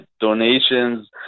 donations